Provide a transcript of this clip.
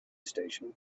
station